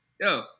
Yo